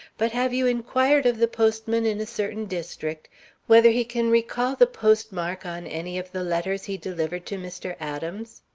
but have you inquired of the postman in a certain district whether he can recall the postmark on any of the letters he delivered to mr. adams?